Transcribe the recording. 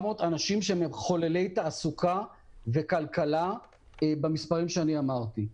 אנשים שהם מחוללי תעסוקה וכלכלה במספרים שאני אמרתי.